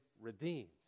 redeemed